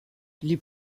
les